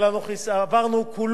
לחיסכון קצבתי.